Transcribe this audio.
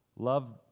Love